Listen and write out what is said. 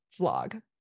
vlog